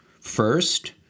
First